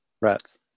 Rats